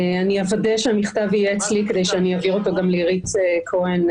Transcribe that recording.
אוודא שהמכתב יהיה אצלי כדי שאעביר אותו גם לאירית כהן,